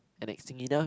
and next thing you know